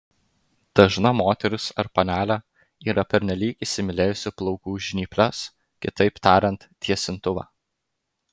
dažna moteris ar panelė yra pernelyg įsimylėjusi plaukų žnyples kitaip tariant tiesintuvą